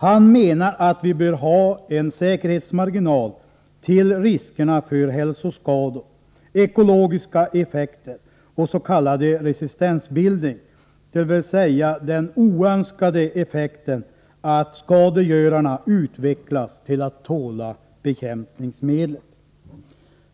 Han menar att vi bör ha en säkerhetsmarginal med hänsyn till riskerna för hälsoskador, ekologiska effekter och s.k. resistensbildning, dvs. den oönskade effekten att skadegörarna utvecklas till att tåla bekämpningsmedlet.